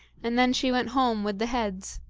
and then she went home with the heads.